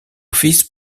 fils